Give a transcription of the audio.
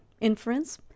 Inference